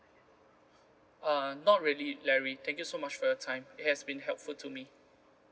uh not really larry thank you so much for your time it has been helpful to me